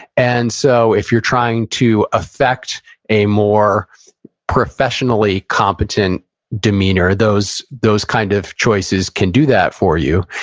and so, if you're trying to affect a more professionally competent demeanor, those those kind of choices can do that for you.